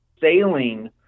sailing